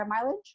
mileage